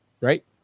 Right